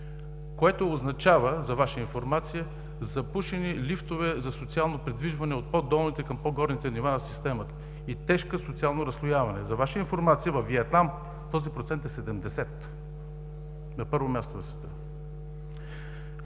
Това за Ваша информация означава запушени лифтове за социално придвижване от по-долните към по-горните нива на системата и тежко социално разслояване. За Ваша информация във Виетнам този процент е седемдесет, на първо място в света.